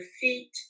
feet